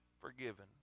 forgiven